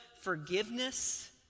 forgiveness